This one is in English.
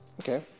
Okay